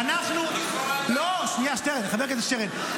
אנחנו ------ חבר הכנסת שטרן,